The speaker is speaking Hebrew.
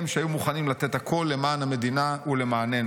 הם, שהיו מוכנים לתת הכול למען המדינה ולמעננו,